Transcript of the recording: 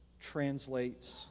translates